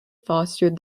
fostered